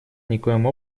никоим